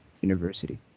university